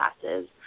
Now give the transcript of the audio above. classes